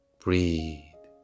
breathe